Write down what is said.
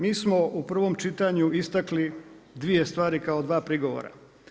Mi smo u prvom čitanju istakli dvije stvari kao dva prigovora.